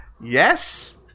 yes